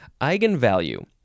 eigenvalue